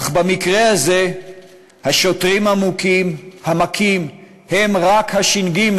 אך במקרה הזה השוטרים המכים הם רק הש"ג.